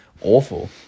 awful